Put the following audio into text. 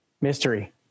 Mystery